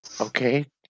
Okay